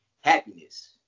happiness